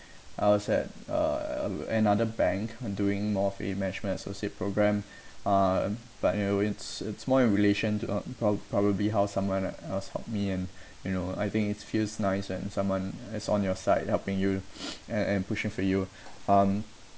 I was at uh another bank doing more of a management associate program uh but you know it's it's more in relation to ac~ prob~ probably how someone else help me and you know I think it's feels nice when someone is on your side helping you and and pushing for you um